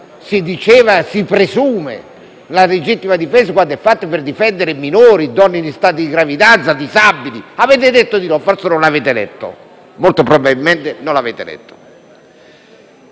si diceva che si presume la legittima difesa quando è volta a difendere minori, donne in stato di gravidanza e disabili. Avete detto di no. Forse non l'avete letta, anzi molto probabilmente non l'avete letta.